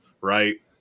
right